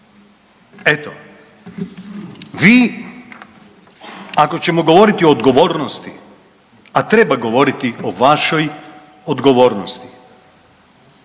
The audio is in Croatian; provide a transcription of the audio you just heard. Eto, vi ako ćemo govoriti o odgovornosti, a treba govoriti o vašoj odgovornosti,